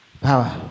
power